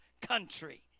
country